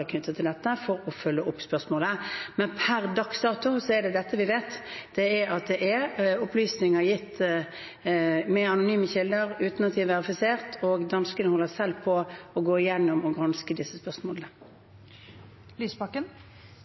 dette for å følge opp spørsmålet. Per dags dato er det dette vi vet. Det er at det er opplysninger gitt fra anonyme kilder uten at de er verifisert, og danskene holder selv på å gå gjennom og granske disse